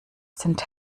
sind